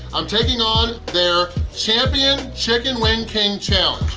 i'm taking on their champion chicken wing king challenge!